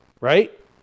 right